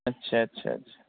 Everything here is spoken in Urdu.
اچھا اچھا اچھا